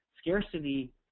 Scarcity